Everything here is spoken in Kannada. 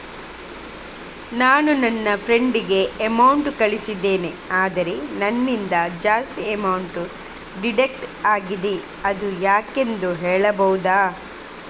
ನಾನು ನನ್ನ ಫ್ರೆಂಡ್ ಗೆ ಅಮೌಂಟ್ ಕಳ್ಸಿದ್ದೇನೆ ಆದ್ರೆ ನನ್ನಿಂದ ಜಾಸ್ತಿ ಅಮೌಂಟ್ ಡಿಡಕ್ಟ್ ಆಗಿದೆ ಅದು ಯಾಕೆಂದು ಹೇಳ್ಬಹುದಾ?